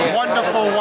wonderful